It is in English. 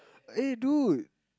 eh dude